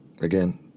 again